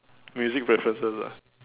music preferences ah